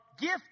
gift